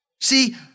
See